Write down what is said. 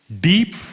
deep